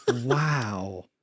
Wow